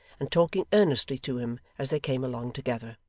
and talking earnestly to him as they came along together.